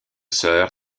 sœurs